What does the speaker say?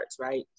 right